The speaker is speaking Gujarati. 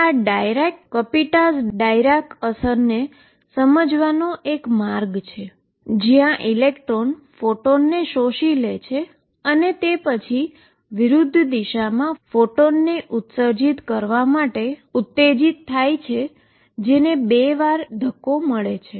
આ ડાયરાક કપિટ્ઝા અથવા કપિટ્ઝા ડાયરેક અસરને સમજવાનો એક માર્ગ છે જ્યાં ઇલેક્ટ્રોન ફોટોનને એબ્સોર્બ કરે છે અને તે પછી વિરુધ્ધ દિશામાં ફોટોનને ઉત્સર્જિત એમીટ કરવા માટે સ્ટીમ્યુલેટ થાય છે જે બે વાર એમને ધક્કો મળે છે